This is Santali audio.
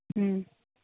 ᱦᱮᱸ